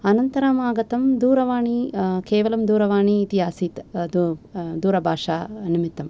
आनन्तरम् आगतं दूरवाणी केवलं दूरवाणी इति आसीत् दूरभाषानिमित्तं